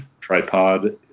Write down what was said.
tripod